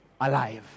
alive